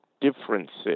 differences